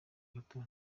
gato